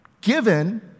given